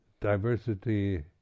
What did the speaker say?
diversity